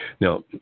Now